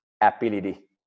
ability